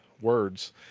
words